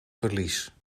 verlies